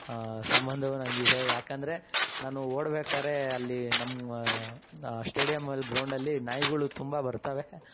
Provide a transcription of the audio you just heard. ಸಂಬಂಧವೂ ನನಗಿದೆ ಯಾಕಂದರೆ ನಾನು ಓಡ್ಬೇಕಾದ್ರೆ ಅಲ್ಲಿ ನಮ್ಮ ಶ್ಟೇಡಿಯಮ್ಮಲ್ಲಿ ಗ್ರೌಂಡಲ್ಲಿ ನಾಯಿಗಳು ತುಂಬ ಬರ್ತವೆ